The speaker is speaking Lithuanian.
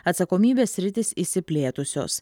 atsakomybės sritys išsiplėtusios